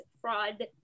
fraud